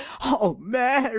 oh, mary,